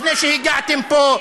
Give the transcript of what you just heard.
לפני שהגעתם לפה.